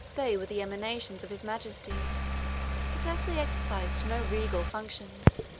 they were the emanations of his majesty but as they exercised no regular functions,